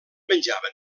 menjaven